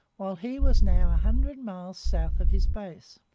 while he was now a hundred miles south of his base.